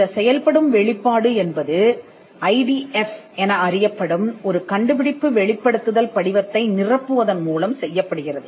இந்த செயல்படும் வெளிப்பாடு என்பது ஐடிஎஃப் என அறியப்படும் ஒரு கண்டுபிடிப்பு வெளிப்படுத்துதல் படிவத்தை நிரப்புவதன் மூலம் செய்யப்படுகிறது